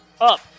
up